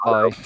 Bye